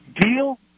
deal